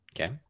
okay